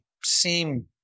seem